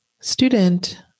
student